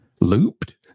Looped